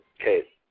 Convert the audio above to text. Okay